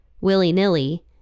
willy-nilly